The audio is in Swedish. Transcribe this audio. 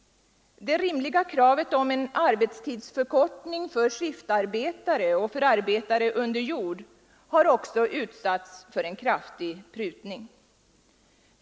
Det rimliga kravet på en arbetstidsförkortning för skiftarbetare och för arbetare under jord har också utsatts för en kraftig prutning.